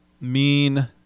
mean-